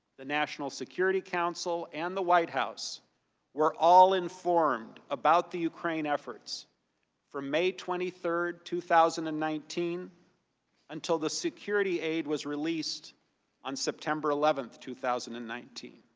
the national security council, and the white house were all informed about the ukraine efforts from may twenty third, two thousand and nineteen until the security aid was released on september eleventh, two thousand and nineteen.